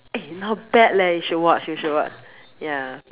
{eh] not bad leh you should watch you should watch ya